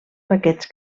paquets